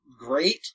great